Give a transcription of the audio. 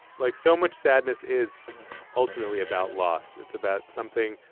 like so much sadness is ultimately about loss. it's about something.